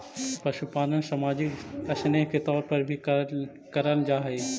पशुपालन सामाजिक स्नेह के तौर पर भी कराल जा हई